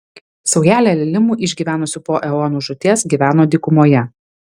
saujelė lilimų išgyvenusių po eonų žūties gyveno dykumoje